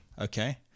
Okay